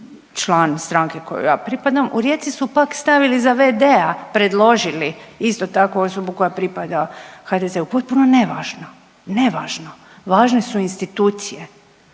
član stranke kojoj ja pripadam, u Rijeci su pak stavili za v.d.-a, predložili, isto tako osobu koja pripada HDZ-u, potpuno nevažno. Nevažno. Važne su institucije